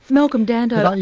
malcolm dando.